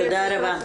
תודה רבה.